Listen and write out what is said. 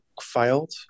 filed